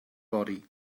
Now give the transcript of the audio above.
body